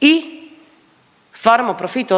i stvaramo profit